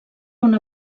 una